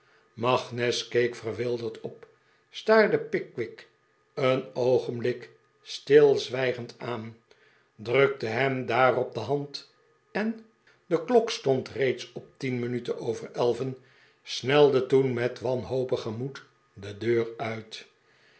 keek verwilderd op staarde pickwick een oogenblik stilzwijgend aan drukte hem daarop de hand en de klok stond reeds op tien minuten over elven snelde toen met wanhopigen moed de deur uit